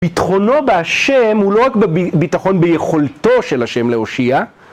ביטחונו בהשם הוא לא רק בביטחון ביכולתו של השם להושיע